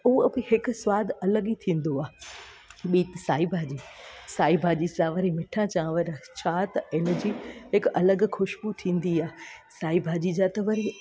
उहा बि हिकु सवादु अलॻि ई थींदो आहे ॿीं साई भाॼी साई भाॼी सां वरी मिठा चांवरु छा त हिन जी हिकु अलॻि ख़ुश्बू थींदी आहे साई भाॼी या त वरी